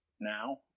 now